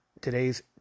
today's